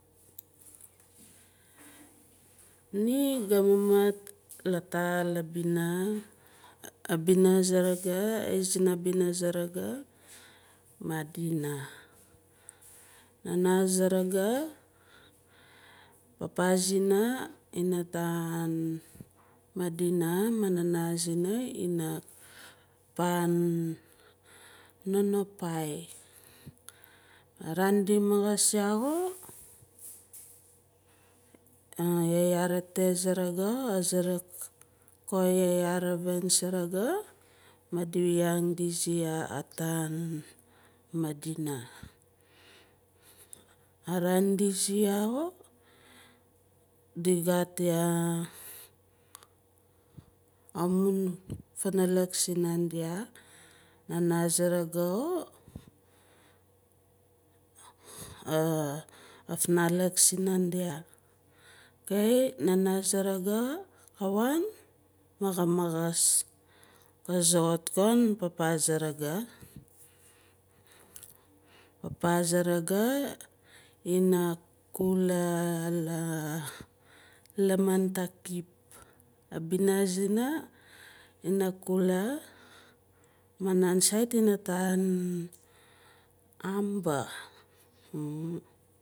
Ni ga mamaat ataah labina saraga aaizina bina saraga madina. Nana saraga papa zi- na mataan madina maan mama zi- na mataan nonopai araan di maxus yah xo yaya rete savaga ka suruk ko yaya ravin saraga madi wiang izi ataan madina. Araan di izi yah xo di gat yah amun funalak sinandia nana saraga xo afnalik sinandia ok nana saraga ka waan ma ka maxus ka soxot ko papa saraga papa saraga inakkula la lamaan takip abina xi- na inakula nan sait inataan ambah.